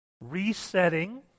resetting